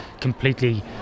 completely